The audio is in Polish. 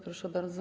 Proszę bardzo.